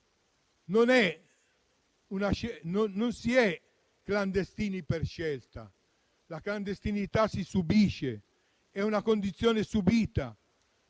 Non si è clandestini per scelta: la clandestinità si subisce, è una condizione subita.